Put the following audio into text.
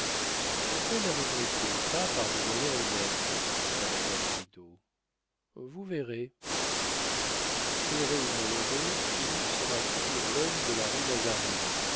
pourquoi narriverait il pas par des moyens honnêtes demanda madame bridau vous verrez fit desroches heureux ou malheureux philippe sera toujours l'homme de la rue mazarine